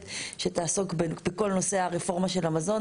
שתעסוק בכל נושא הרפורמה של המזון,